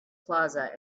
plaza